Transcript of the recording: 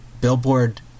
billboard